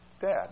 dad